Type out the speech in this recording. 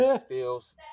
steals